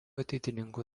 ateitininkų